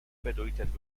bedeutet